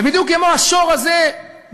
ובדיוק כמו השור הזה בזירה,